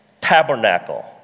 Tabernacle